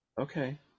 Okay